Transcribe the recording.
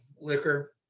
liquor